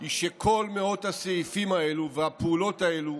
היא שכל מאות הסעיפים האלה והפעולות האלה